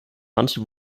manche